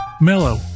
mellow